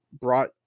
brought